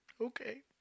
okay